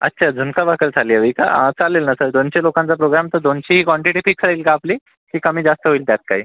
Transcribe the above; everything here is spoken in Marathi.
अच्छा झुणका भाकर चालीवी का हा चालेल ना सर दोनशे लोकांचा प्रोग्राम तर दोनशे ही क्वांटीटी फिक्स राहील का आपली की कमी जास्त होईल त्यात काही